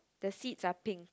the seats are pink